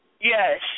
Yes